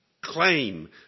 Claim